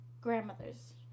grandmother's